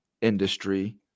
industry